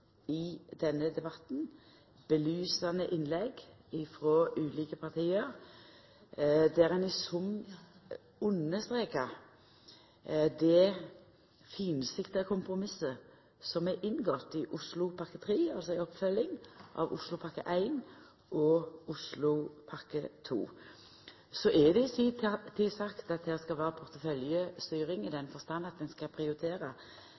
i denne debatten – belysande innlegg frå ulike parti – der ein i sum understrekar det finsikta kompromisset som er inngått i Oslopakke 3, altså i oppfølginga av Oslopakke 1 og Oslopakke 2. Det er i si tid sagt at her skal det vera porteføljestyring i den forstand at ein skal